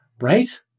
Right